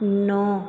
नौ